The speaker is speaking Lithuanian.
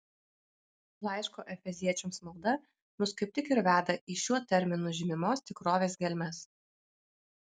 laiško efeziečiams malda mus kaip tik ir veda į šiuo terminu žymimos tikrovės gelmes